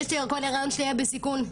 כל הריון שלי היה בסיכון,